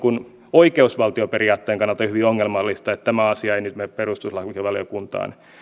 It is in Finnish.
oikeusvaltioperiaatteen kannalta hyvin ongelmallista että tämä asia ei nyt mene perustuslakivaliokuntaan